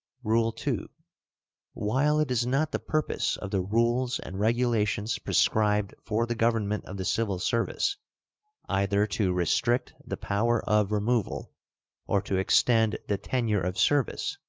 rule two while it is not the purpose of the rules and regulations prescribed for the government of the civil service either to restrict the power of removal or to extend the tenure of service,